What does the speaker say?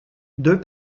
deux